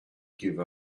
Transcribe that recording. give